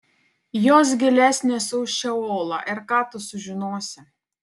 jos gilesnės už šeolą ir ką tu sužinosi